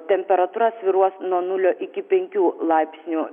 temperatūra svyruos nuo nulio iki penkių laipsnių